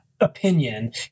opinion